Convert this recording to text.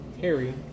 Harry